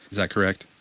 is that correct?